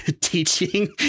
teaching